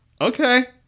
okay